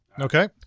Okay